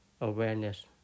Awareness